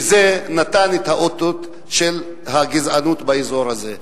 וזה נתן את האותות של הגזענות באזור הזה.